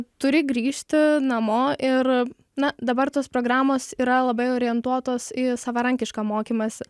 turi grįžti namo ir na dabar tos programos yra labai orientuotos į savarankišką mokymąsi